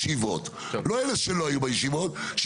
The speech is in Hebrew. אז אני אקריא שתי הסתייגויות מאוד חשובות מתוך